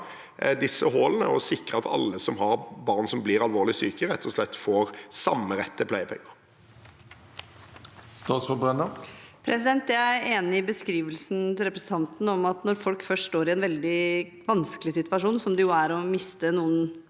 disse hullene og sikre at alle som har barn som blir alvorlig syke, rett og slett får samme rett til pleiepenger. Statsråd Tonje Brenna Jeg er enig i be- skrivelsen til representanten om at når folk først står i en veldig vanskelig situasjon – som det jo er å miste noen